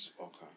Okay